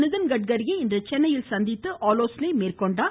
நிதின்கட்காரியை இன்று சென்னையில் சந்தித்து ஆலோசனை மேற்கொண்டார்